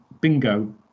bingo